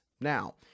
Now